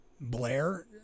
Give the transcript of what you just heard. Blair